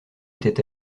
était